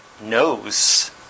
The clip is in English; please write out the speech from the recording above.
knows